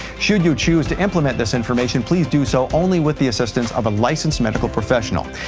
should you choose to implement this information please do so only with the assistance of a licensed medical professional.